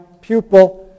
pupil